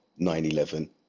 9-11